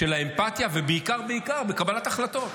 של האמפתיה, ובעיקר בעיקר, בקבלת החלטות.